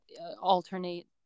alternate